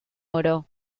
oro